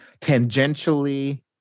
tangentially